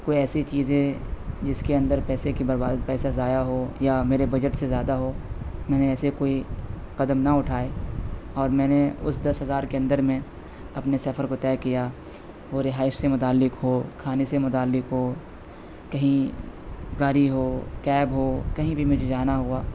کوئی ایسی چیزیں جس کے اندر پیسے کی برباد پیسہ ضائع ہو یا میرے بجٹ سے زیادہ ہو میں نے ایسے کوئی قدم نہ اٹھائے اور میں نے اس دس ہزار کے اندر میں اپنے سفر کو طے کیا وہ رہائش سے متعلق ہو کھانے سے متعلق ہو کہیں گاڑی ہو کیب ہو کہیں بھی مجھے جانا ہوا